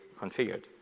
configured